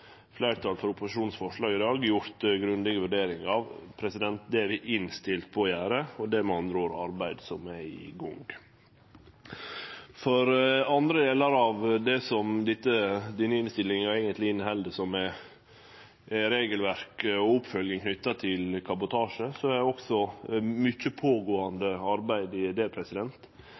fleirtal for opposisjonens forslag i dag gjort grundige vurderingar av. Det er vi innstilte på å gjere, og det er med andre ord eit arbeid som er i gang. For andre delar av det denne innstillinga eigentleg inneheld, som er regelverk og oppfølging knytt til kabotasje, er det også mykje arbeid på gang. Gjennom vår deltaking i